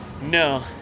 No